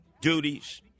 duties